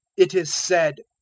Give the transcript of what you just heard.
it is said,